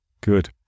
Good